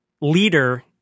leader